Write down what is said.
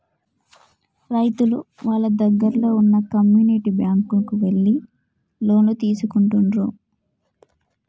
రైతులు వాళ్ళ దగ్గరల్లో వున్న కమ్యూనిటీ బ్యాంక్ కు ఎళ్లి లోన్లు తీసుకుంటుండ్రు